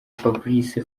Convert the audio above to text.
fabrice